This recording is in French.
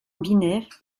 binaire